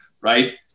right